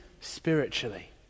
spiritually